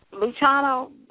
Luciano